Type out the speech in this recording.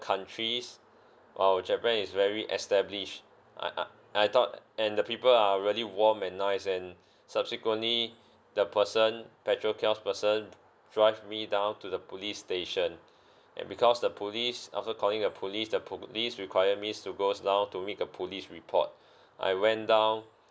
countries !wow! japan is very established I I and I thought and the people are really warm and nice and subsequently the person petrol kiosk person drive me down to the police station and because the police after calling the police the police require me to goes down to make a police report I went down